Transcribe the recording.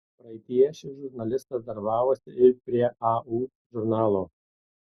praeityje šis žurnalistas darbavosi ir prie au žurnalo